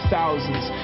thousands